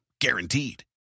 Guaranteed